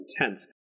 intense